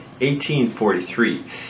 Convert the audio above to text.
1843